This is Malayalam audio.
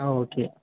ആ ഓക്കെ